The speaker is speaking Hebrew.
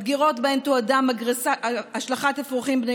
מדגרות שבהן תועדה השלכת אפרוחים בני